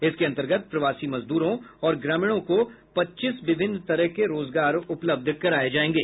इसके अंतर्गत प्रवासी मजदूरों और ग्रामीणों को पच्चीस विभिन्न तरह के रोजगार उपलब्ध कराए जाएंगे